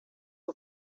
que